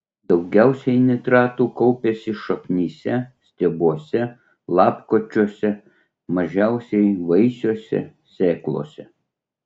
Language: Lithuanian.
daugiausiai nitratų kaupiasi šaknyse stiebuose lapkočiuose mažiausiai vaisiuose sėklose